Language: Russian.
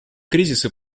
кризисы